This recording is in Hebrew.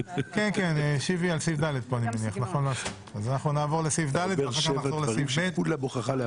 אנחנו נעבור לסעיף ד' ואחר כך נחזור לסעיף ב'.